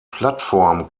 plattform